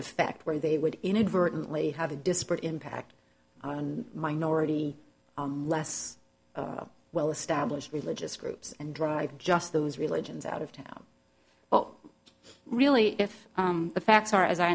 effect where they would inadvertently have a disparate impact on minority less well established religious groups and drive just those religions out of town well really if the facts are as i